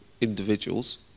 individuals